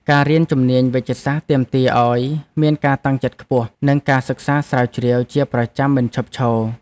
ការរៀនជំនាញវេជ្ជសាស្ត្រទាមទារឱ្យមានការតាំងចិត្តខ្ពស់ និងការសិក្សាស្រាវជ្រាវជាប្រចាំមិនឈប់ឈរ។